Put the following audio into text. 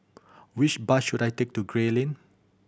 which bus should I take to Gray Lane